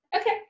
Okay